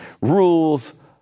rules